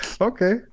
okay